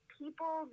people